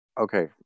Okay